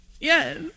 Yes